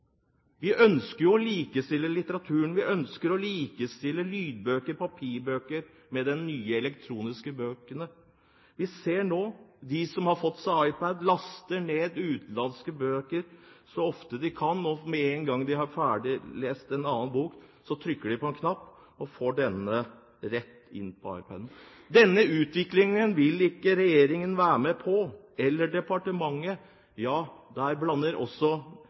Vi ønsker jo å likestille litteratur; vi ønsker å likestille lydbøker og papirbøker med de nye elektroniske bøkene. Vi ser nå at de som har fått seg iPad, laster ned utenlandske bøker så ofte de kan, og med en gang de har ferdiglest én bok, trykker de på en knapp og får en annen rett inn på iPad-en. Denne utviklingen vil ikke regjeringen eller departementet være med på. Der blander også